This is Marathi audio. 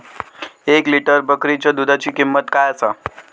एक लिटर बकरीच्या दुधाची किंमत काय आसा?